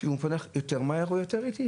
שהוא מפענח יותר מהר או יותר לאט.